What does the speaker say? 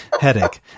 headache